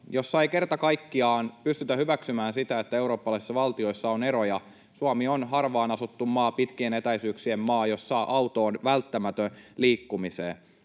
jossa ei kerta kaikkiaan pystytä hyväksymään sitä, että eurooppalaisissa valtioissa on eroja. Suomi on harvaan asuttu ja pitkien etäisyyksien maa, jossa auto on välttämätön liikkumiseen.